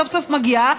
סוף-סוף מגיעה,